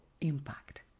impact